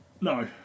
No